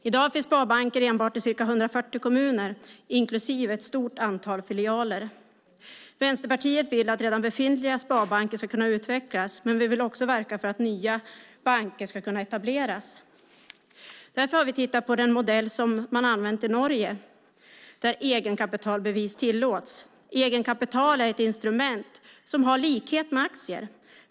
I dag finns sparbanker enbart i ca 140 kommuner, inklusive ett stort antal filialer. Vänsterpartiet vill att redan befintliga sparbanker ska kunna utvecklas, men vi vill också verka för att nya banker ska kunna etableras. Därför har vi tittat på den modell som man har använt i Norge, där egenkapitalbevis tillåts. Egenkapital är ett instrument som har likheter med aktier.